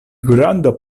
granda